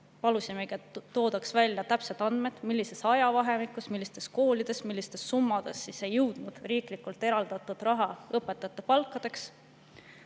Palusimegi, et toodaks välja täpsed andmed, millises ajavahemikus, millistes koolides, millistes summades siis ei jõudnud riiklikult eraldatud raha õpetajate palkadesse.